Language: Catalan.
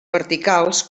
verticals